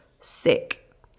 sick